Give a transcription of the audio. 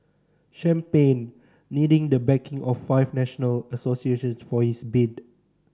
champagne needing the backing of five national associations for his bid